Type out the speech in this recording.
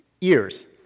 ears